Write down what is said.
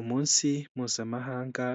Umunsi mpuzamahanga